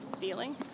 feeling